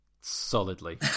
solidly